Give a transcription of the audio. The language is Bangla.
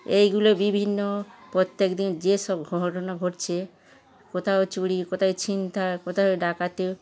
এইগুলো বিভিন্ন প্রত্যেকদিন যেসব ঘটনা ঘটছে কোথাও চুুরি কোথায় ছিনতাই কোথাও ডাকাতি